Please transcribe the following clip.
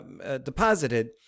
deposited